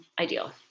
ideal